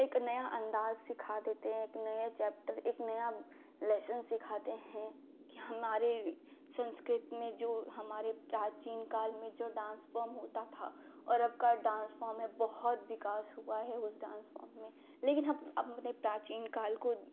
एक नया अन्दाज़ सिखा देता है एक नया चैप्टर एक नया लेशन सिखाता है कि हमारी संस्कृति में हमारे प्राचीन काल में जो डान्स फ़ॉर्म होता था और अबके डान्स फ़ॉर्म में बहुत विकास हुआ है उस डान्स फ़ॉर्म में लेकिन हम अपने प्राचीन काल को